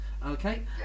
okay